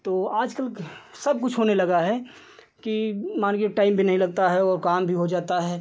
तो आजकल सबकुछ होने लगा है कि मानिए कि टाइम भी नहीं लगता है और काम भी हो जाता है